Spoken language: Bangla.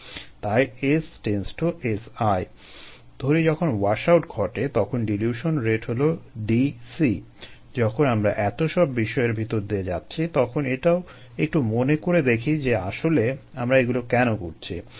তাই S→Si ধরি যখন ওয়াশআউট ঘটে তখন ডিলুশন রেট হলো Dc যখন আমরা এতো সব বিষয়ের ভেতর দিয়ে যাচ্ছি তখন আমরা এটাও একটু মনে করে দেখি যে আসলে আমরা এগুলো কেন করছি